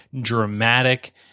dramatic